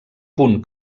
punt